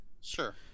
sure